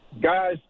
Guys